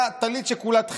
היה טלית שכולה תכלת,